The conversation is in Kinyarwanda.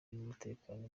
n’umutekano